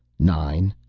nine.